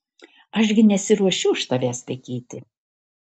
aš gi nesiruošiu už tavęs tekėti